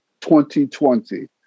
2020